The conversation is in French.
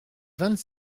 vingt